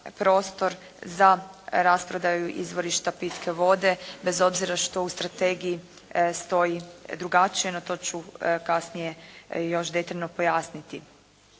prostor za rasprodaju izvorišta pitke vode bez obzira što u strategiji stoji drugačije, no to ću kasnije još detaljno pojasniti.